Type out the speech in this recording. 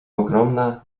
ogromna